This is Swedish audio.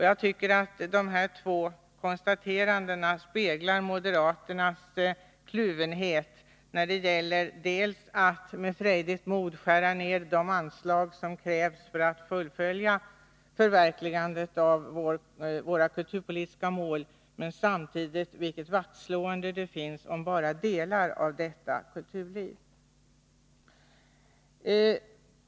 Jag tycker att de här två konstaterandena speglar moderaternas kluvenhet: dels vill man med frejdigt mod skära ned de anslag som krävs för förverkligandet av våra kulturpolitiska mål, dels slår man vakt bara om delar av detta kulturliv.